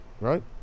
Right